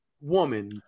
woman